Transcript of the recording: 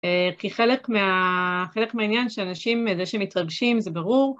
כי חלק מהעניין שאנשים אה. זה שהם מתרגשים זה ברור.